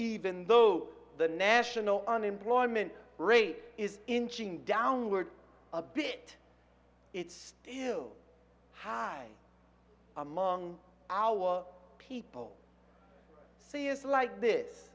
even though the national unemployment rate is inching downward a bit it's still high among our people see it's like this